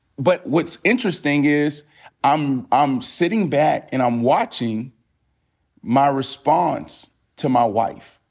but what's interesting is i'm i'm sitting back, and i'm watching my response to my wife,